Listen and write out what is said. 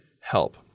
help